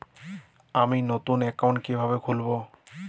আমি নতুন অ্যাকাউন্ট কিভাবে খুলব?